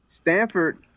Stanford